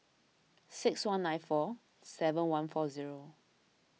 six one nine four seven one four zero